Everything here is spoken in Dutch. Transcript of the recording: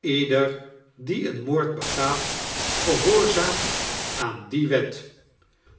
ieder die een moord begaat gehoorzaamt aan die wet